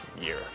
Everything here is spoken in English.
year